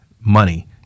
money